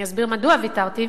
ואני אסביר מדוע ויתרתי,